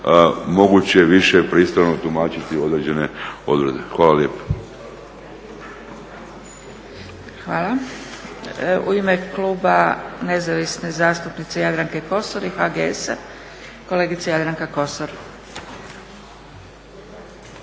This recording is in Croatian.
moguće više pristrano tumačiti određene odredbe. Hvala lijepo. **Zgrebec, Dragica (SDP)** Hvala. U ime kluba Nezavisne zastupnice Jadranke Kosor i HGS-a kolegica Jadranka Kosor.